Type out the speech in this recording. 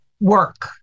work